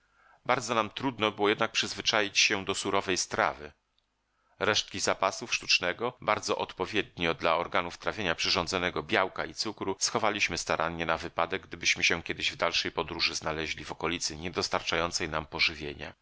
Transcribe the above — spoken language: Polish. bardzo nam trudno było jednak przyzwyczaić się do surowej strawy resztki zapasów sztucznego bardzo odpowiednio dla organów trawienia przyrządzonego białka i cukru schowaliśmy starannie na wypadek gdybyśmy się kiedyś w dalszej podróży znaleźli w okolicy nie dostarczającej nam pożywienia